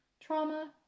trauma